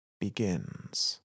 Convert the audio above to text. begins